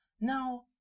now